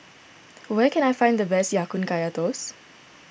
where can I find the best Ya Kun Kaya Toast